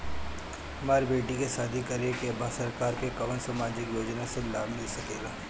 हमर बेटी के शादी करे के बा सरकार के कवन सामाजिक योजना से लाभ मिल सके ला?